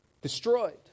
destroyed